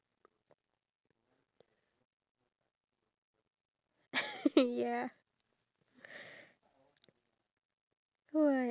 like the financial responsibilities of an individual majority of singaporeans cannot afford to